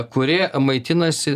kuri maitinasi